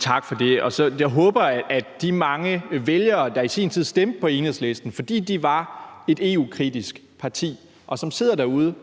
Tak for det. Jeg håber, at de mange vælgere, der i sin tid stemte på Enhedslisten, fordi de var et EU-kritisk parti, og som måske sidder derude